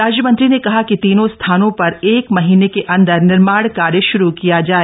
राज्यमंत्री ने कहा कि तीनों स्थानों पर एक महीने के अंदर निर्माण कार्य शुरू किया जाय